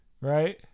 right